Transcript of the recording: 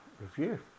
review